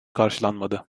karşılanmadı